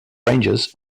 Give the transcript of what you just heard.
rangers